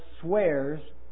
swears